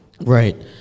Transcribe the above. Right